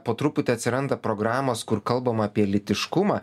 po truputį atsiranda programos kur kalbama apie lytiškumą